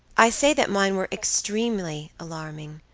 i say that mine were extremely alarming.